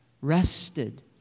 rested